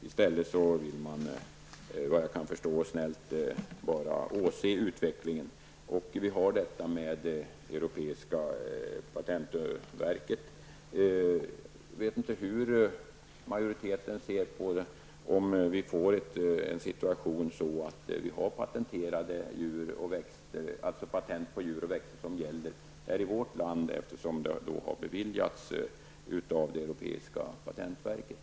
I stället vill man, såvitt jag förstår, bara snällt åse utvecklingen. Det finns ju ett europeiskt patentverk. Jag vet inte hur majoriteten ser på dessa saker om vi får en situation med patent på djur och växter i vårt land. Det är ju något som har beviljats av det europeiska patentverket.